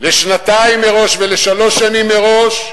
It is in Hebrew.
לשנתיים מראש ולשלוש שנים מראש,